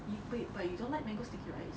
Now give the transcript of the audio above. eh wait but you don't like mango sticky rice